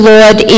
Lord